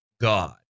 God